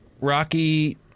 Rocky